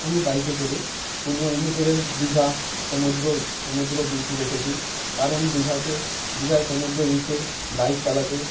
আমি বাইকে করে পূর্ব মেদিনীপুরের দীঘা সমুদ্র সমুদ্র বীচ দেখেছি কারণ দীঘাতে দীঘায় সমুদ্র বীচে বাইক চালাতে